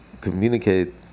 communicate